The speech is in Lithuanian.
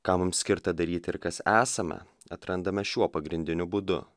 ką mums skirta daryti ir kas esame atrandame šiuo pagrindiniu būdu